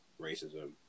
racism